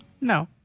No